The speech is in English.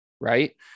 right